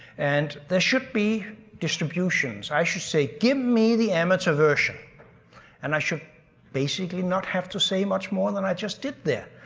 and there should be distributions. i should say, give me the amateur version and i should basically not have to say much more than i just did there,